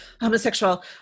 homosexual